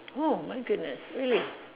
oh my goodness really